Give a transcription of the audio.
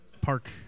Park